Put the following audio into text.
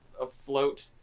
afloat